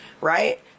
right